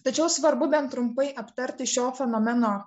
tačiau svarbu bent trumpai aptarti šio fenomeno